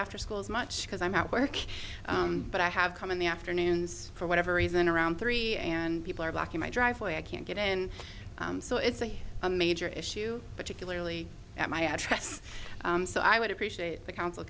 after school as much because i'm at work but i have come in the afternoons for whatever reason around three and people are blocking my driveway i can't get in so it's a major issue particularly at my address so i would appreciate the coun